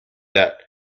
that